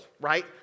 right